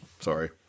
Sorry